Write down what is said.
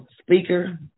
speaker